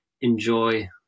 enjoy